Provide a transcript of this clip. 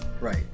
Right